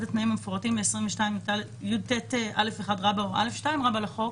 התנאים המפורטים בסעיף 22יט(א1) או (א2) לחוק".